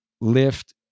lift